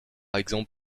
exemple